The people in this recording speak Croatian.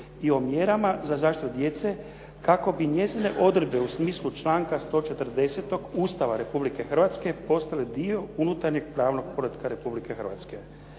i o mjerama za zaštitu djece kako bi njezine odredbe u smislu članka 140. Ustava Republike Hrvatske postale dio unutarnjeg pravnog poretka Republike Hrvatske.